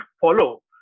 follow